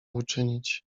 uczynić